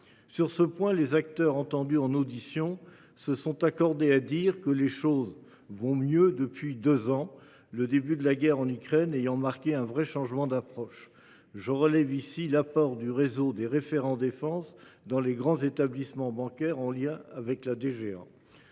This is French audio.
Sur ce point, les acteurs entendus en audition se sont accordés pour dire que les choses vont mieux depuis deux ans, le début de la guerre en Ukraine ayant marqué un vrai changement d’approche. Je relève ici l’apport du réseau des « référents défense » dans les grands établissements bancaires, en lien avec la